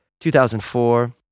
2004